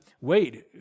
wait